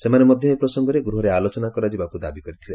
ସେମାନେ ମଧ୍ୟ ଏ ପ୍ରସଙ୍ଗରେ ଗୃହରେ ଆଲୋଚନା କରାଯିବାକୁ ଦାବି କରିଥିଲେ